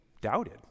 doubted